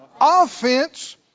Offense